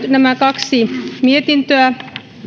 nämä kaksi mietintöä